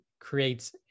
creates